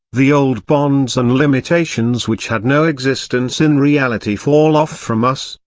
the old bonds and limitations which had no existence in reality fall off from us,